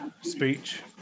speech